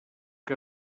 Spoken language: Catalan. que